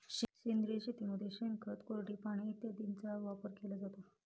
सेंद्रिय शेतीमध्ये शेणखत, कोरडी पाने इत्यादींचा वापर केला जातो